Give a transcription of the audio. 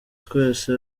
twese